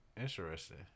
interesting